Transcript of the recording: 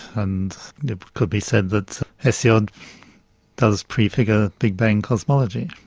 and it could be said that hesiod does pre-figure big bang cosmology.